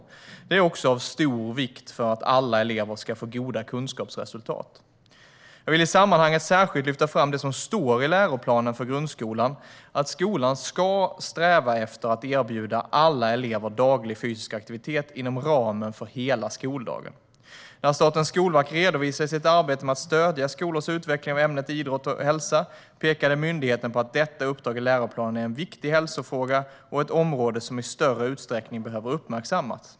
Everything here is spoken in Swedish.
Detta är också av stor vikt för att eleverna ska få goda kunskapsresultat. Jag vill i sammanhanget särskilt lyfta fram det som står i läroplanen för grundskolan, att skolan ska sträva efter att erbjuda alla elever daglig fysisk aktivitet inom ramen för hela skoldagen. När Statens skolverk redovisade sitt arbete med att stödja skolors utveckling av ämnet idrott och hälsa pekade myndigheten på att detta uppdrag i läroplanen är en viktig hälsofråga och ett område som i större utsträckning behöver uppmärksammas.